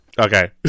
Okay